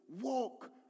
Walk